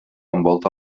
envolta